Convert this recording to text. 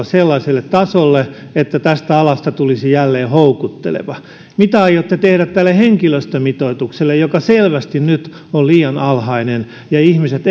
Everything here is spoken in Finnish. sellaiselle tasolle että tästä alasta tulisi jälleen houkutteleva mitä aiotte tehdä tälle henkilöstömitoitukselle joka selvästi nyt on liian alhainen kun ihmiset